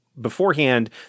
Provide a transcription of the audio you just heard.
beforehand